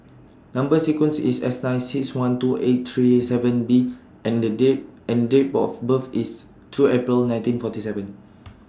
Number sequence IS S nine six one two eight three seven B and The Date and Date Both birth IS two April nineteen forty seven